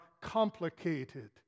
complicated